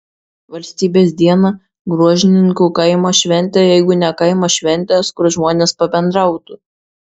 valstybės dieną gruožninkų kaimo šventė jeigu ne kaimo šventės kur žmonės pabendrautų